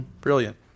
Brilliant